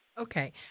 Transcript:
Okay